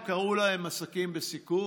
הם קראו להם "עסקים בסיכון",